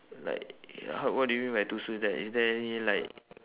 like how what do you mean by two stool there is there any like